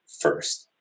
first